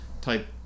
type